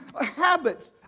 habits